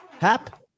Hap